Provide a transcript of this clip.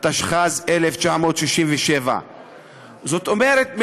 התשכ"ז 1967". זאת אומרת,